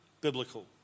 biblical